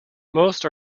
most